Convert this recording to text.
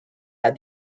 had